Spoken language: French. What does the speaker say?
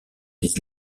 des